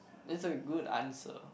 is a good answer